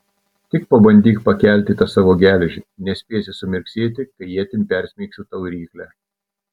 tik pabandyk pakelti tą savo geležį nespėsi sumirksėti kai ietim persmeigsiu tau ryklę